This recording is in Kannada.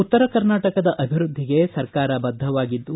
ಉತ್ತರ ಕರ್ನಾಟಕದ ಅಭಿವೃದ್ದಿಗೆ ಸರ್ಕಾರ ಬದ್ದವಾಗಿದ್ದು